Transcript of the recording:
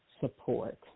support